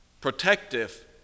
protective